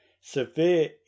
severe